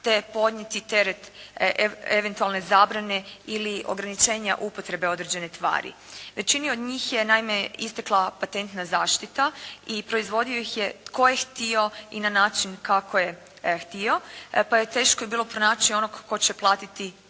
te podnijeti teret eventualne zabrane ili ograničenja upotrebe određene tvari. Većini od njih je naime istekla patentna zaštita i proizvodio ih je tko je htio i na način kako je htio pa je teško bilo pronaći onog tko će platiti